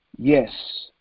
Yes